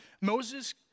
Moses